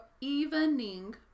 Evening